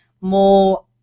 more